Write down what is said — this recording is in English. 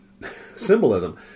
symbolism